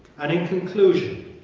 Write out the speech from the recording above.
and in conclusion,